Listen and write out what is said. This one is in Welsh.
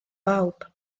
bawb